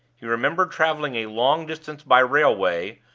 he remembered traveling a long distance by railway,